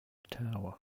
tower